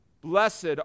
Blessed